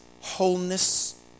wholeness